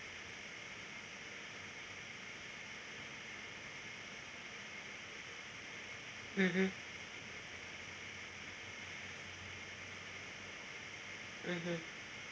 mmhmm mmhmm